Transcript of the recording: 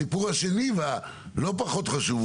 הסיפור השני והלא פחות חשוב,